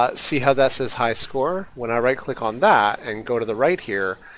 ah see how that says high score? when i right click on that and go to the right here,